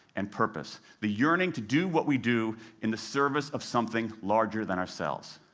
and purpose the yearning to do what we do in the service of something larger than ourselves.